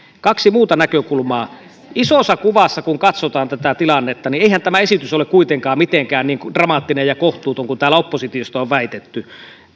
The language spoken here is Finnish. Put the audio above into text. kaksi muuta näkökulmaa isossa kuvassa kun katsotaan tätä tilannetta niin eihän tämä esitys ole kuitenkaan mitenkään dramaattinen ja kohtuuton kuten täällä oppositiosta on väitetty